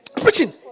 Preaching